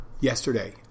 yesterday